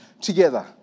together